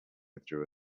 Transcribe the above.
withdrew